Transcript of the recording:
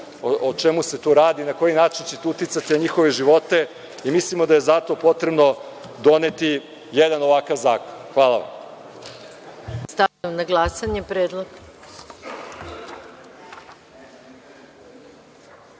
o čemu se tu radi, na koji način će to uticati na njihove živote i mislimo da je zato potrebno doneti jedan ovakav zakon. Hvala vam.